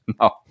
No